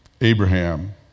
Abraham